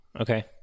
okay